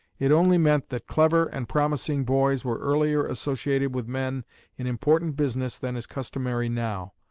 it only meant that clever and promising boys were earlier associated with men in important business than is customary now.